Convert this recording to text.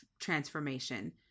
transformation